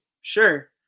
Sure